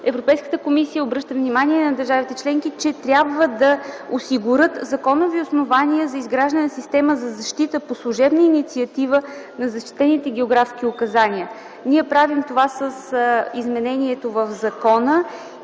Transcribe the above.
Европейската комисия обръща внимание на държавите членки, че трябва да осигурят законови основания за изграждане на система за защита по служебна инициатива на защитените географски указания. Ние правим това с изменението в закона,